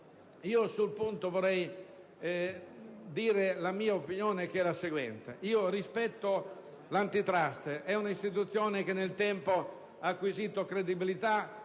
Sul punto, vorrei dire la mia opinione, che è la seguente. Rispetto l'*Antitrust*, che è una istituzione che nel tempo ha acquisito credibilità,